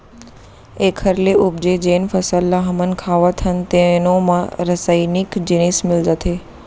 एखर ले उपजे जेन फसल ल हमन खावत हन तेनो म रसइनिक जिनिस मिल जाथे